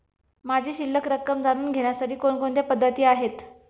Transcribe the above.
माझी शिल्लक रक्कम जाणून घेण्यासाठी कोणकोणत्या पद्धती आहेत?